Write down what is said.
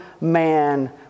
man